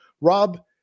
Rob